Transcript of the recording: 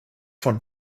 von